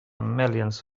millions